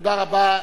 תודה רבה.